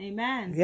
Amen